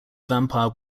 vampire